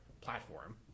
platform